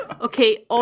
Okay